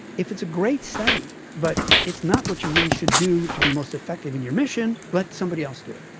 if it's a great study but it's not what you really should do to be most effective in your mission, let somebody else do it.